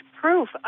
proof